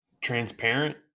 transparent